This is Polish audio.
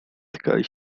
dotykali